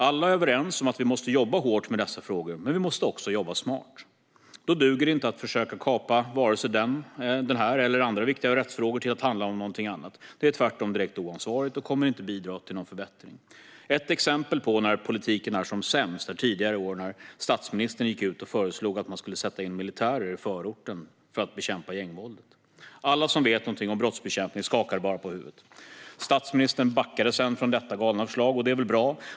Alla är överens om att vi måste jobba hårt med dessa frågor, men vi måste också jobba smart. Då duger det inte att försöka kapa vare sig denna eller andra viktiga rättsfrågor till att handla om något annat. Det är tvärtom direkt oansvarigt och kommer inte att bidra till någon förbättring. Ett exempel på när politiken är som sämst var när statsministern tidigare i år föreslog att man skulle sätta in militärer i förorten för att bekämpa gängvåldet. Alla som vet någonting om brottsbekämpning skakade bara på huvudet. Statsministern backade sedan från detta galna förslag, vilket väl är bra.